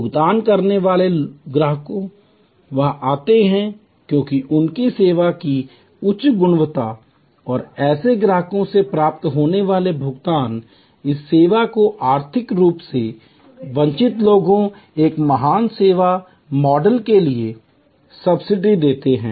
भुगतान करने वाले ग्राहक वहां आते हैं क्योंकि उनकी सेवा की उच्च गुणवत्ता और ऐसे ग्राहकों से प्राप्त होने वाले भुगतान इस सेवा को आर्थिक रूप से वंचित लोगों एक महान सेवा मॉडल के लिए सब्सिडी देते हैं